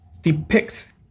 depicts